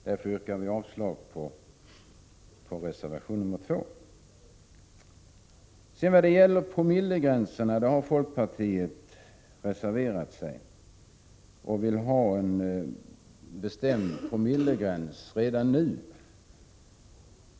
Därför yrkar jag avslag på reservation nr 2. När det gäller promillegränserna har folkpartiet reserverat sig och vill ha en bestämd promillegräns redan nu.